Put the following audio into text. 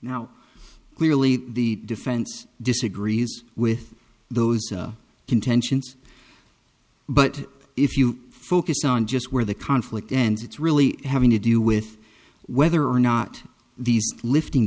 now clearly the defense disagrees with those contentions but if you focus on just where the conflict ends it's really having to do with whether or not these lifting